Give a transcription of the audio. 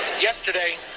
Yesterday